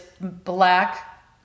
black